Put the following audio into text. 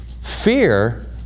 Fear